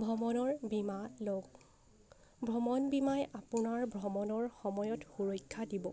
ভ্ৰমণৰ বীমা লওক ভ্ৰমণ বীমাই আপোনাৰ ভ্ৰমণৰ সময়ত সুৰক্ষা দিব